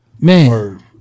Man